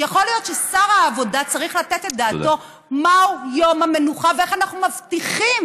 יכול להיות ששר העבודה צריך לתת את דעתו מהו יום המנוחה ואיך אנחנו מבטיחים